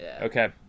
Okay